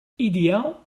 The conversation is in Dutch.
ideaal